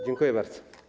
Dziękuję bardzo.